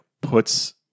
puts